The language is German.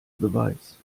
beweis